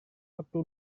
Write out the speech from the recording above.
waktu